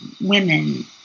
women